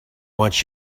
wants